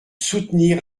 soutenir